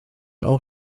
auch